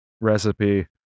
recipe